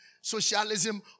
socialism